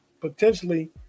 potentially